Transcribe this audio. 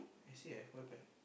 actually have what happened